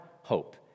hope